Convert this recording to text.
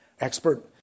expert